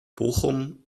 bochum